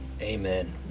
Amen